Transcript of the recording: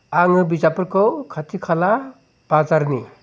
आङो बिजाबफोरखौ खाथि खाला बाजारनि